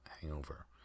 hangover